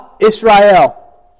Israel